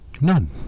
None